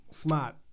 Smart